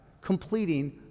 completing